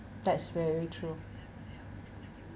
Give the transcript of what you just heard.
that's very true